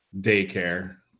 daycare